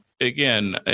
again